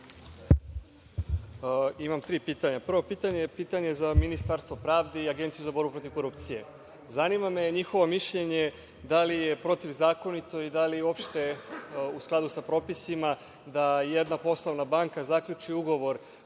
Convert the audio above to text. Imam tri pitanja. Prvo pitanje je za Ministarstvo pravde i Agenciju za borbu protiv korupcije. Zanima me njihovo mišljenje da li je protivzakonito i da li je uopšte u skladu sa propisima da jedna poslovna banka zaključi ugovor